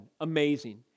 Amazing